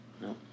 No